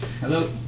Hello